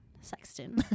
Sexton